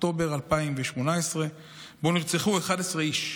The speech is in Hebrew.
אוקטובר 2018, שבו נרצחו 11 איש,